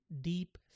deep